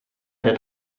der